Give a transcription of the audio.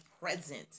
present